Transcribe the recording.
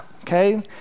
okay